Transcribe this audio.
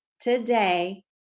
today